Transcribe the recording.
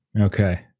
Okay